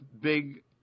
big